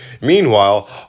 Meanwhile